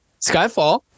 Skyfall